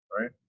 right